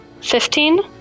Fifteen